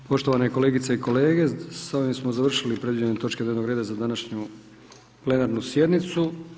Poštovane kolegice i kolege, sa ovim smo završili predviđene točke dnevnog reda za današnju plenarnu sjednicu.